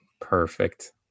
perfect